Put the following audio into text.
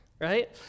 right